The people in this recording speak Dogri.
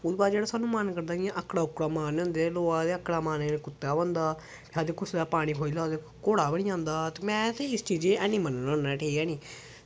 हून भला जेह्ड़ा सानू मन करदा कि इ'यां अक्कड़ां आकूड़ां मारने होन्ने पर लोक आखदे कि अक्कड़ां मारने कन्नै कुत्ता बनदा जद् कुसै दा पानी खोही लैओ ते घोड़ा बनी जंदा ते में बी इस चीज़ा गी हैनी मन्नना होन्ना ठीक ऐ निं